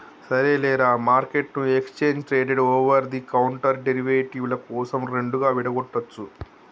సరేలేరా, మార్కెట్ను exchange traded over the counter derivative ల కోసం రెండుగా విడగొట్టొచ్చు